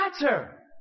matter